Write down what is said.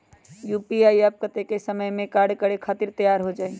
UPI app कतेइक समय मे कार्य करे खातीर तैयार हो जाई?